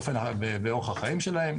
באורח החיים שלהם.